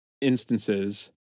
instances